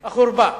"החורבה".